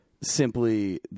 simply